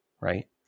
right